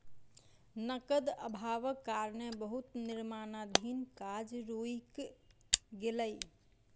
नकद अभावक कारणें बहुत निर्माणाधीन काज रुइक गेलै